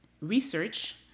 research